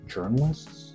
journalists